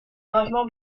gravement